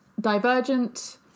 Divergent